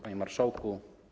Panie Marszałku!